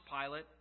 Pilate